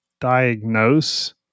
diagnose